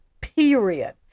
period